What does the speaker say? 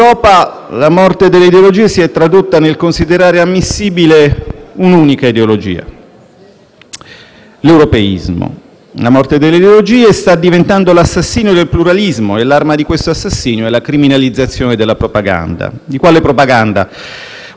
l'europeismo. La morte delle ideologie sta diventando l'assassinio del pluralismo e l'arma di questo assassinio è la criminalizzazione della propaganda. Di quale propaganda? Ovviamente di quella degli altri, di chi non aderisce all'europeismo liturgico, di maniera, che qui spesso viene celebrato.